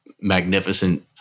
magnificent